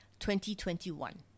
2021